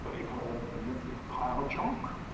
it could all be a big pile of junk.